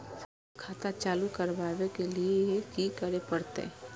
Sir हमरो खाता चालू करबाबे के ली ये की करें परते?